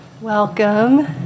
Welcome